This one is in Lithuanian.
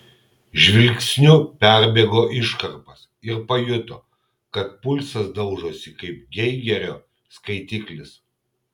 žvilgsniu perbėgo iškarpas ir pajuto kad pulsas daužosi kaip geigerio skaitiklis